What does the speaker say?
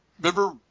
remember